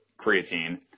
creatine